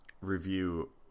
review